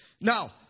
Now